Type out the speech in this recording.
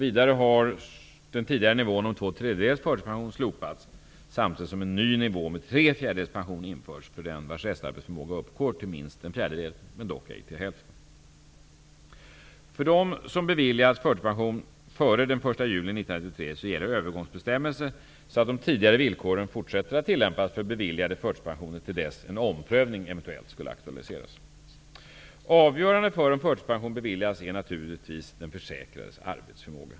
Vidare har den tidigare nivån om två tredjedels förtidspension slopats, samtidigt som en ny nivå med tre fjärdedels pension införts för den vars restarbetsförmåga uppgår till minst en fjärdedel, dock ej till hälften. 1993 gäller övergångsbestämmelser så att de tidigare villkoren fortsätter att tillämpas för beviljade förtidspensioner till dess att en omprövning eventuellt aktualiseras. Avgörande för om förtidspension beviljas är naturligtvis den försäkrades arbetsförmåga.